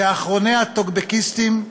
כאחרוני הטוקבקיסטים,